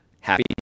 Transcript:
Happy